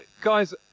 guys